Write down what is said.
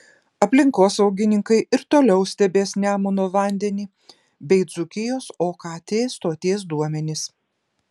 aplinkosaugininkai ir toliau stebės nemuno vandenį bei dzūkijos okt stoties duomenis